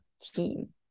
team